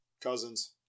Cousins